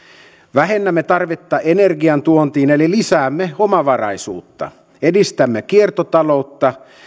vähennämme tarvetta energiantuontiin eli lisäämme omavaraisuutta edistämme kiertotaloutta